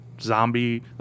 zombie